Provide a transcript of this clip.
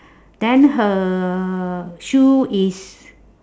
then her shoe is